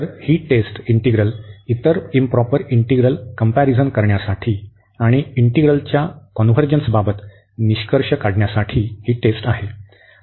तर ही test integral इतर इंप्रॉपर इंटीग्रल कंम्पॅरिझन करण्यासाठी आणि इंटीग्रलच्या कॉन्व्हर्जन्सबाबत निष्कर्ष काढण्यासाठी ही टेस्ट आहे